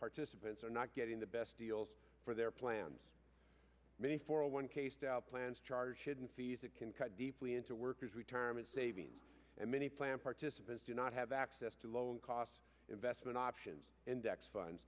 participants are not getting the best deals for their plans many four hundred one k stout plans charge hidden fees that can cut deeply into workers retirement savings and many plan participants do not have access to low cost investment options index funds